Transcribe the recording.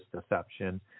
deception